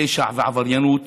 פשע ועבריינות